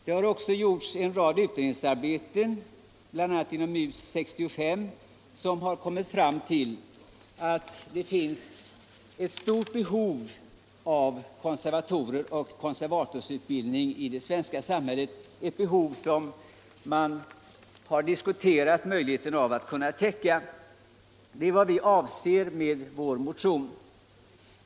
Det har också gjorts en rad utredningar, bl.a. inom MUS 65, som har kommit fram till att det finns ett stort behov av konservatorer och av konservatorsutbildning i det svenska samhället, ett behov som man har diskuterat möjligheterna att kunna täcka. Det är vad vi avser med vår motion.